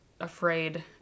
afraid